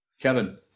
Kevin